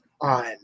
on